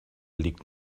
liegt